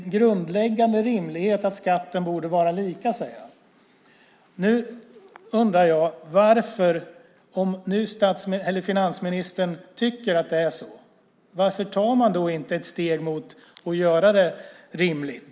en grundläggande rimlighet att skatten borde vara lika" säger han. Nu undrar jag: Om nu finansministern tycker att det är så, varför tar man då inte ett steg mot att göra det rimligt?